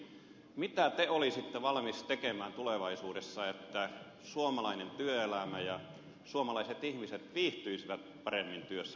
mitä te olisitte valmis tekemään tulevaisuudessa että suomalainen työelämä voisi paremmin ja suomalaiset ihmiset viihtyisivät paremmin työssä tulevaisuudessa